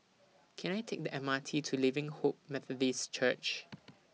Can I Take The M R T to Living Hope Methodist Church